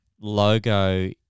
logo